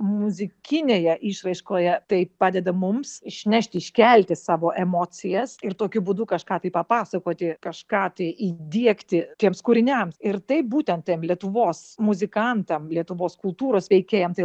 muzikinėje išraiškoje tai padeda mums išnešti iškelti savo emocijas ir tokiu būdu kažką tai papasakoti kažką tai įdiegti tiems kūriniams ir taip būtent tem lietuvos muzikantam lietuvos kultūros veikėjam tai